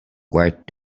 quiet